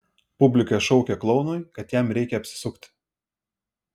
publika šaukė klounui kad jam reikia apsisukti